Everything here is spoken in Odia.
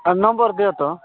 ଆଉ ନମ୍ବର ଦଅ ତ